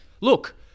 Look